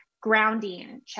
grounding